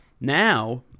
now